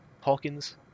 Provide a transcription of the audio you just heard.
Hawkins